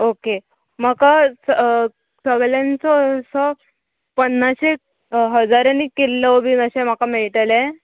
okay म्हाका सगल्यांचो असो पन्नाशेक हजारांनी किलो बीन अशें म्हाका मेळटलें